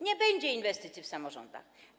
Nie będzie więc inwestycji w samorządach.